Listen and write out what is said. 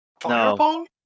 Fireball